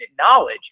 knowledge